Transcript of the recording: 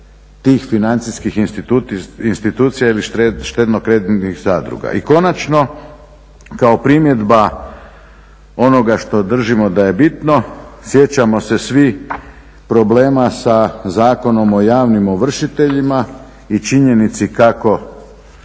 tih financijskih institucija ili štedno-kreditnih zadruga. I konačno kao primjedba onoga što držimo da je bitno, sjećamo se svi problema sa Zakonom o javnim ovršiteljima i činjenici kako